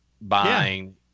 buying